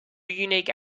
unique